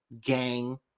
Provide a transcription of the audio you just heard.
gang